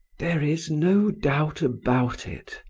there is no doubt about it,